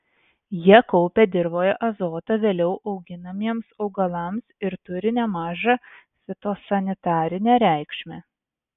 jie kaupia dirvoje azotą vėliau auginamiems augalams ir turi nemažą fitosanitarinę reikšmę